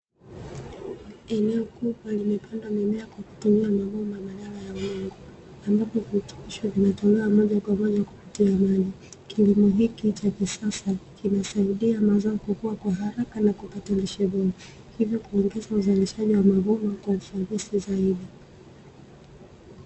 Eneo kubwa limepandwa mimea kwa kutumia magoma ya madawa ya umeme ambapo virutubisho vinatolewa moja kwa moja kupitia maji. Kilimo hiki cha kisasa kinasaidia mazao kukua wa haraka na kupata lishe bora, hivyo kuongeza uzalishaji wa mavuno kwa ufanisi zaidi.